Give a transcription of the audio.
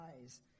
eyes